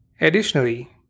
Additionally